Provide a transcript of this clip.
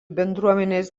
bendruomenės